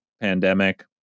pandemic